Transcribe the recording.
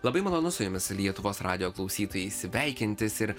labai malonu su jumis lietuvos radijo klausytojai sveikintis ir